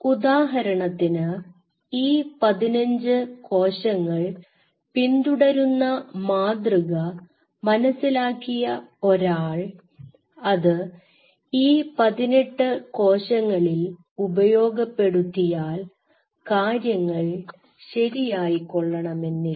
ഉദാഹരണത്തിന് E15 കോശങ്ങൾ പിന്തുടരുന്ന മാതൃക മനസ്സിലാക്കിയ ഒരാൾ അത് E18 കോശങ്ങളിൽ ഉപയോഗപ്പെടുത്തിയാൽ കാര്യങ്ങൾ ശരിയായി കൊള്ളണമെന്നില്ല